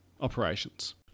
operations